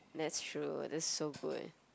that's true that's so good